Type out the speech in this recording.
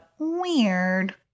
weird